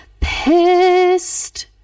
Pissed